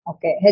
Okay